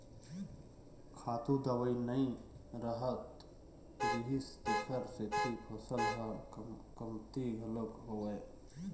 खातू दवई नइ रहत रिहिस तेखर सेती फसल ह कमती घलोक होवय